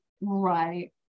Right